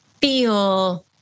feel